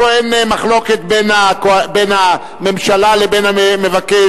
פה אין מחלוקת בין הממשלה לבין המבקש,